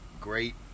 great